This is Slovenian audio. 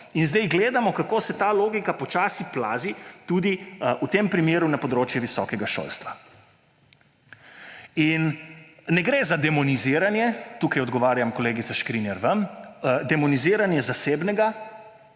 In zdaj gledamo, kako se ta logika počasi plazi, tudi v tem primeru, na področje visokega šolstva. In ne gre ‒ tukaj odgovarjam, kolegica Škrinjar, vam – za demoniziranje zasebnega.